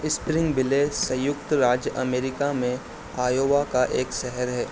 Springville सँयुक्त राज्य America में आयोवा का एक शहर है